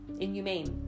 inhumane